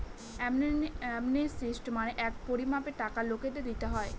amnesty মানে এক পরিমানের টাকা লোককে দিতে হয়